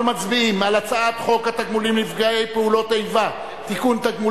אנחנו מצביעים על הצעת חוק התגמולים לנפגעי פעולות איבה (תיקון,